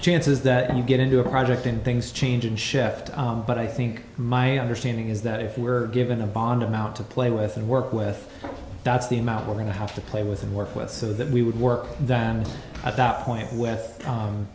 chances that you get into a project and things change and shift but i think my understanding is that if we're given a bond amount to play with and work with that's the amount we're going to have to play with and work with so that we would work that and at that point with